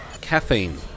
caffeine